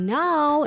now